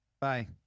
Bye